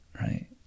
right